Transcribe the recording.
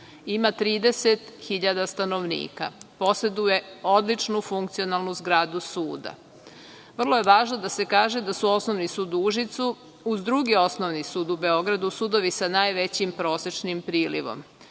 Ima 30.000 stanovnika. Poseduje odličnu funkcionalnu zgradu suda. Vrlo je važno da se kaže da su Osnovni sud u Užicu uz drugi Osnovni sud u Beogradu sudovi sa najvećim prosečnim prilivom.